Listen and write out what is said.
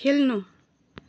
खेल्नु